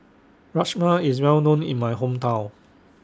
Rajma IS Well known in My Hometown